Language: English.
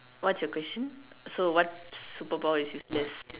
what's your question so what super power is useless